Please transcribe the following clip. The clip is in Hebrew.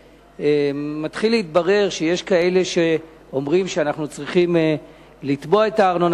מתחיל להתברר שיש כאלה שאומרים שאנחנו צריכים לתבוע את הארנונה.